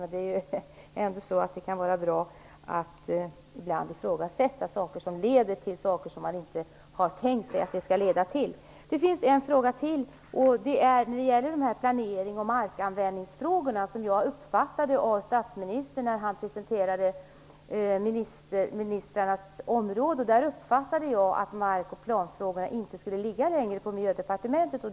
Men ibland kan det vara bra att ifrågasätta saker som leder till sådant som man inte har tänkt sig att de skall leda till. Det finns en fråga till. Som jag uppfattade det när statsministern presenterade ministrarnas områden skall mark och planfrågorna inte längre ligga på Miljödepartementet.